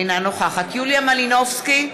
אינה נוכחת יוליה מלינובסקי,